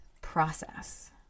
process